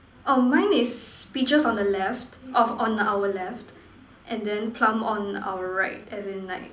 oh mine is peaches on the left of on our left and then plum on our right as in like